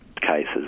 cases